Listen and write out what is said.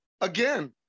again